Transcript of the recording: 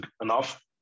enough